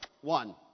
one